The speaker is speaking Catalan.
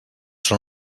són